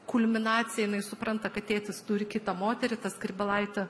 kulminacija jinai supranta kad tėtis turi kitą moterį tą skrybėlaitę